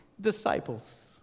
disciples